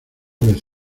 vez